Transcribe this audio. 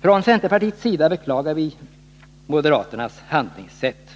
Från centerpartiets sida beklagar vi moderaternas handlingssätt.